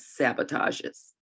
sabotages